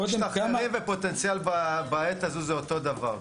כמה יהיה ופוטנציאל בעת הזו זה אותו דבר.